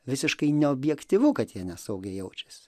visiškai neobjektyvu kad jie nesaugiai jaučiasi